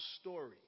story